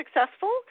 successful